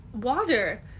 Water